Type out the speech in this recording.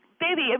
baby